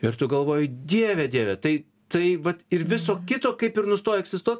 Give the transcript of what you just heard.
ir tu galvoji dieve dieve tai tai vat ir viso kito kaip ir nustoja egzistuot